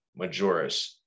Majoris